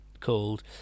called